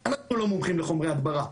אנחנו, ביק"ר, לא מומחים בחומרי הדברה.